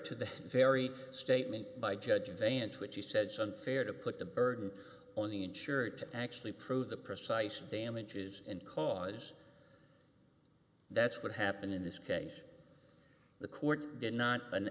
to the very statement by judge van to which he said so unfair to put the burden on the insurer to actually prove the precise damages and cause that's what happened in this case the court did not an